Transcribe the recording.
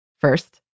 First